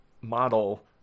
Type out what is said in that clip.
model